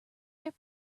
their